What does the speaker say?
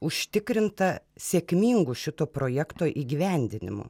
užtikrinta sėkmingu šito projekto įgyvendinimu